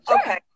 Okay